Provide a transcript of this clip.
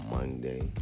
Monday